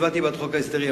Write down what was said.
אני הצבעתי בעד חוק ההסדרים,